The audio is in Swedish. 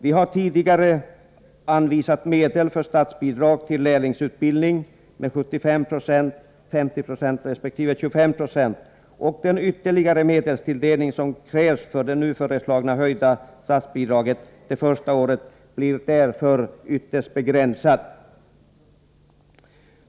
Vi har tidigare anvisat medel för statsbidrag till lärlingsutbildning med 75 96, 50 resp. 25 90. Den ytterligare medelstilldelning som krävs för det nu föreslagna höjda statsbidraget under första året blir därför ytterst begränsad.